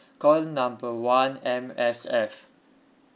call number one M_S_F